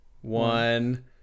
one